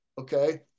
Okay